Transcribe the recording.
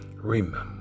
remember